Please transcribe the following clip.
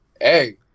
hey